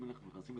אם אנחנו נכנסים,